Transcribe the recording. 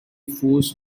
forced